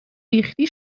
ریختی